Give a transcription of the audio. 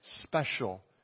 special